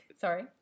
Sorry